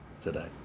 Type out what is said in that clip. today